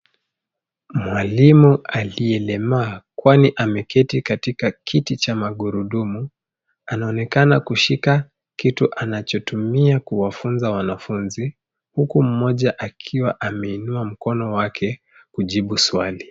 Mwalimu aliyelemaa kwani ameketi katika kiti cha magurudumu anaonekana kushika kitu anachotumia kuwafunza wanafunzi huku mmoja akiwa ameinua mkono wake kujibu swali.